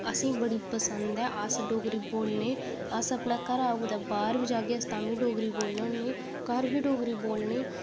असें ई बडी पसंद ऐ अस डोगरी बोलने अस अपने घरै कुतै ब्हार बी जाह्गे अस तां बी डोगरी बोलने होन्ने घर बी डोगरी बोलने